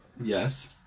Yes